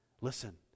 Listen